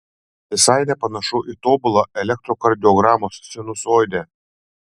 visai nepanašu į tobulą elektrokardiogramos sinusoidę